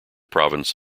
province